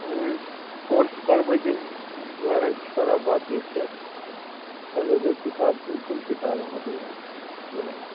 course करबै जे दुआरे सारा बात जे छै करेबै किताब कोन कोन किताब अहाँके यऽ एहिमे